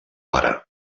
pare